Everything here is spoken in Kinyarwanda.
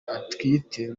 atwite